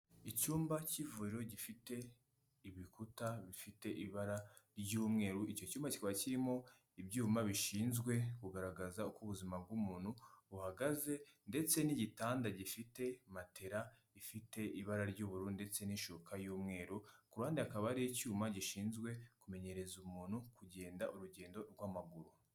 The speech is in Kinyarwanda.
Icyumba cy'ivuriro gifite ibikuta bifite ibara ry'umweru, icyo cyumba kikaba kirimo ibyuma bishinzwe kugaragaza uko ubuzima bw'umuntu buhagaze, ndetse n'igitanda gifite matela ifite ibara ry'ubururu ndetse n'ishuka y'umweru, ku ruhande hakaba hari icyuma gishinzwe kumenyereza umuntu kugenda urugendo rw'amaguru.